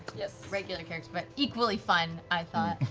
yeah regular characters, but equally fun, i thought.